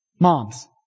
Mom's